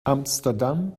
amsterdam